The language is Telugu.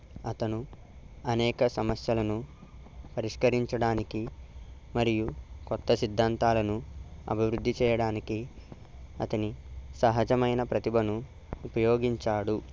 అతను అనేక సమస్యలను పరిష్కరించడానికి మరియు కొత్త సిద్ధాంతాలను అభివృద్ధి చేయడానికి అతని సహజమైన ప్రతిభను ఉపయోగించాడు